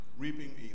reaping